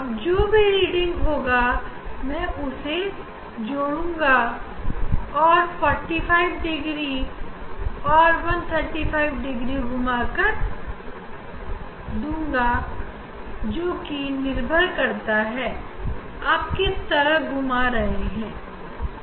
अब जो भी रीडिंग होगा मैं उस मैं घुमाने की दिशा के हिसाब से 45 डिग्री या 135 डिग्री और जोड़ कर जोड़कर उस घूमा दूँगा